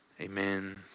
Amen